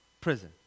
prison